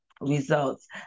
results